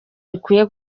bikwiye